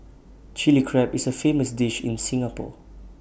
Chilli Crab is A famous dish in Singapore